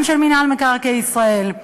גם של מינהל מקרקעי ישראל,